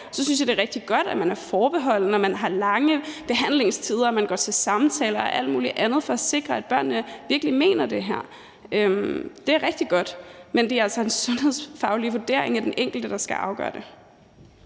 så synes jeg, at det er rigtig godt, at man er forbeholden, at man har lange behandlingstider, og at man bruger samtaler og alt muligt andet for at sikre, at børnene virkelig mener det her. Det er rigtig godt. Men det er altså en sundhedsfaglig vurdering af den enkelte, der skal afgøre det.